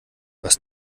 was